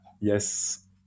Yes